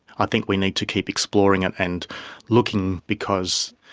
i think we need to keep exploring it and looking because,